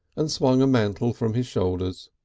and swung a mantle from his shoulders.